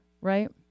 right